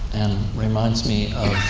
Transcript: and reminds me